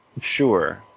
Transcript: Sure